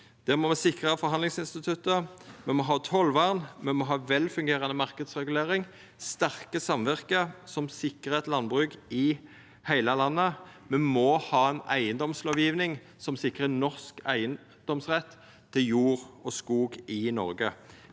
Me må sikra forhandlingsinstituttet. Me må ha tollvern. Me må ha velfungerande marknadsregulering. Me må ha sterke samvirke som sikrar eit landbruk i heile landet. Me må ha ei eigedomslovgjeving som sikrar norsk eigedomsrett til jord og skog i Noreg.